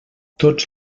tots